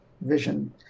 vision